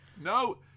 No